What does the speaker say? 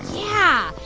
yeah.